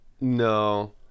No